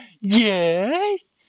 yes